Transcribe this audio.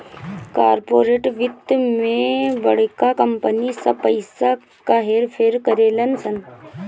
corporate वित्त मे बड़का कंपनी सब पइसा क हेर फेर करेलन सन